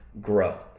grow